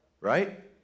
right